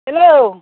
hello